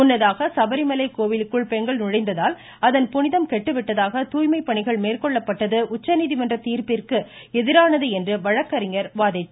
முன்னதாக சபரிமலை கோவிலுக்குள் பெண்கள் நுழைந்ததால் அதன் புனிதம் கெட்டுவிட்டதாக தூய்மை பணிகள் மேற்கொள்ளப்பட்டது உச்சநீதிமன்ற தீர்ப்பிற்கு எதிரானது என்று வழக்கறிஞர் வாதிட்டார்